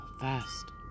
fast